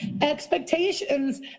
expectations